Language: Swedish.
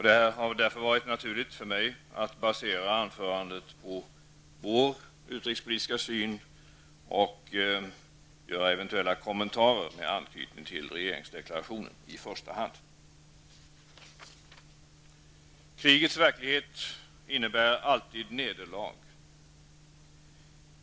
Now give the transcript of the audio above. Det har därför varit naturligt för mig att basera anförandet på vår utrikespolitiska syn och göra eventuella kommentarer i första hand med anknytning till regeringsdeklarationen. Krigets verklighet innebär alltid nederlag.